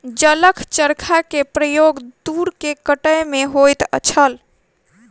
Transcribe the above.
जलक चरखा के प्रयोग तूर के कटै में होइत छल